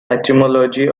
etymology